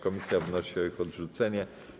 Komisja wnosi o ich odrzucenie.